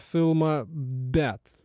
filmą bet